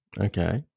Okay